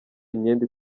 imyenda